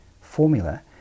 formula